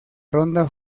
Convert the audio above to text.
ronda